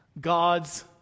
God's